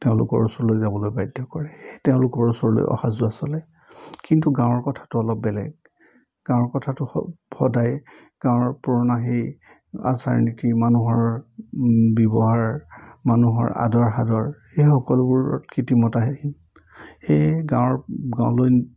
তেওঁলোকৰ ওচৰলৈ যাবলৈ বাধ্য কৰে সেয়ে তেওঁলোকৰ ওচৰলৈ অহা যোৱা চলে কিন্তু গাঁৱৰ কথাটো অলপ বেলেগ গাঁৱৰ কথাটো সদায় গাঁৱৰ পুৰণা সেই আচাৰ নীতি মানুহৰ ব্যৱহাৰ মানুহৰ আদৰ সাদৰ সেই সকলোবোৰত কৃত্ৰিমতাহীন সেয়ে গাঁৱৰ গাঁৱলৈ